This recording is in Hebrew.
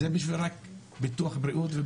זה רק בשביל ביטוח בריאות.